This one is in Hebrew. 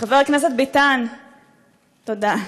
חבר הכנסת ביטן, תודה.